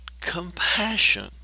compassion